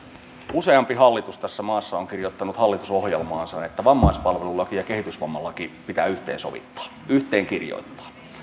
useampi hallitus tässä maassa on kirjoittanut hallitusohjelmaansa että vammaispalvelulaki ja kehitysvammalaki pitää yhteensovittaa yhteen kirjoittaa